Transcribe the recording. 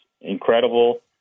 incredible